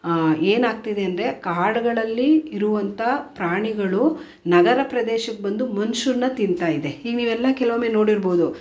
ಏನಾಗ್ತಿದೆ ಅಂದರೆ ಕಾಡುಗಳಲ್ಲಿ ಇರುವಂಥ ಪ್ರಾಣಿಗಳು ನಗರ ಪ್ರದೇಶಕ್ಕೆ ಬಂದು ಮನುಷ್ಯರನ್ನು ತಿಂತಾಯಿದೆ ಈಗ ನೀವೆಲ್ಲ ಕೆಲವೊಮ್ಮೆ ನೋಡಿರ್ಬೋದು